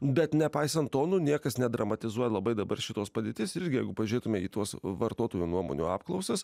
bet nepaisant to nu niekas nedramatizuoja labai dabar šitos padėties ir jeigu pažiūrėtume į tuos vartotojų nuomonių apklausas